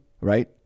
right